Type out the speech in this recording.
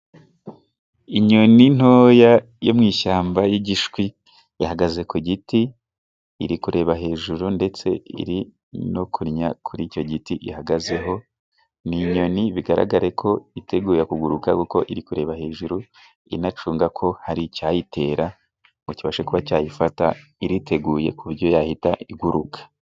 Inyoni ntoya yo mu ishyamba y'igishwi ihagaze ku giti iri kureba hejuru ndetse iri no kuri icyo giti ihagazeho ni inyoni bigaragare ko iteguye kuguruka kuko iri kureba hejuru inacunga ko hari icyayitera ngo kibashe kuba cyayifata iriteguye ku buryo yahita iguruka